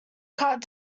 cut